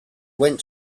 went